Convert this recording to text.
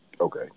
Okay